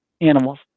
animals